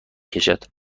کشد